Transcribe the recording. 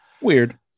Weird